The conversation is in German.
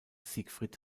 siegfried